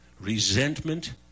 resentment